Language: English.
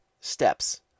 steps